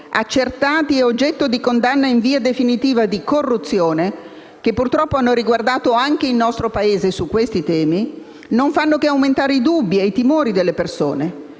corruzione oggetto di condanna in via definitiva, che purtroppo hanno riguardato anche il nostro Paese. Questi temi non fanno che aumentare i dubbi e i timori delle persone